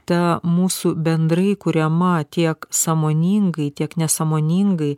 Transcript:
ta mūsų bendrai kuriama tiek sąmoningai tiek nesąmoningai